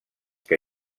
que